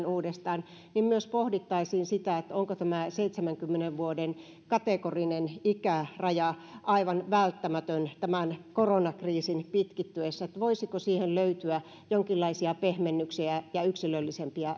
uudestaan niin myös pohdittaisiin onko tämä seitsemänkymmenen vuoden kategorinen ikäraja aivan välttämätön tämän koronakriisin pitkittyessä että voisiko siihen löytyä jonkinlaisia pehmennyksiä ja ja yksilöllisempiä